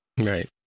right